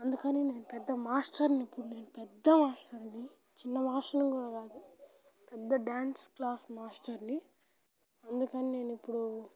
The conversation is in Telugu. అందుకని నేను పెద్ద మాస్టర్ని ఇప్పుడు నేను పెద్ద మాస్టర్ని చిన్న మాస్టర్ని కూడా కాదు పెద్ద డ్యాన్స్ క్లాస్ మాస్టర్ని అందుకని నేను ఇప్పుడు